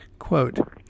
Quote